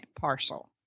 parcel